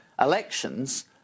elections